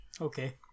okay